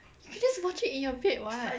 you can just watch it in your bed [what]